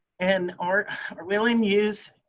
and our willing use